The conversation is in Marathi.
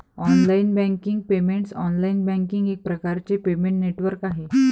online banking payments online banking एक प्रकारचे पेमेंट नेटवर्क आहे